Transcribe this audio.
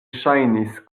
ŝajnis